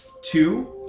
Two